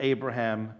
Abraham